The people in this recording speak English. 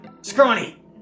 Scrawny